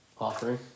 offering